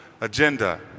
agenda